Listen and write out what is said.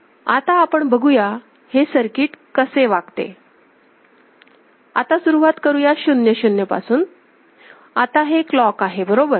आता आपण बघूया हे सर्किट कसं वागते ते आता सुरवात करूया 0 0 आता हे क्लॉक आहे बरोबर